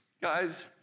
guys